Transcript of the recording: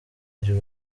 iri